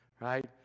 right